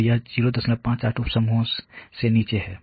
तो यह 058 उप समूहों से नीचे है